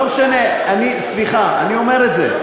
לא משנה, אני, סליחה, אני אומר את זה.